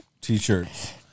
T-shirts